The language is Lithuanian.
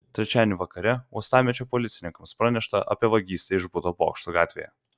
trečiadienį vakare uostamiesčio policininkams pranešta apie vagystę iš buto bokštų gatvėje